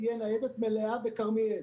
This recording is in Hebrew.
תהיה ניידת מלאה בכרמיאל.